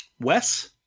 Wes